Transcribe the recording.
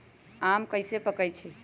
आम कईसे पकईछी?